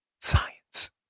Science